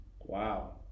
Wow